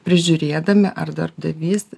prižiūrėdami ar darbdavys